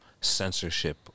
censorship